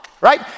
Right